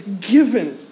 given